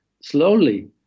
slowly